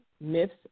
Myths